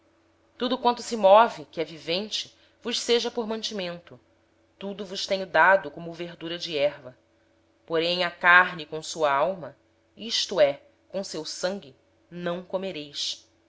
tudo quanto se move e vive vos servirá de mantimento bem como a erva verde tudo vos tenho dado a carne porém com sua vida isto é com seu sangue não comereis